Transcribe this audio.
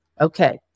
Okay